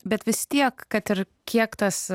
bet vis tiek kad ir kiek tas